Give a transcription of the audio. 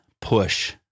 push